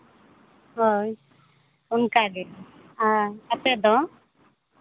ᱦᱳᱭ ᱚᱱᱠᱟᱜᱮ ᱟᱨ ᱟᱯᱮ ᱫᱚ